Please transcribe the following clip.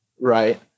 right